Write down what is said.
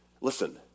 Listen